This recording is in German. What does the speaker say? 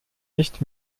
nicht